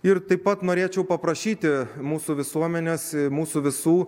ir taip pat norėčiau paprašyti mūsų visuomenės mūsų visų